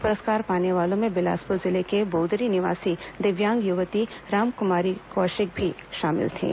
पुरस्कार पाने वालों में बिलासपुर जिले की बोदरी निवासी दिव्यांग युवती रामकुमारी कौशिक भी शामिल थीं